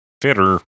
Fitter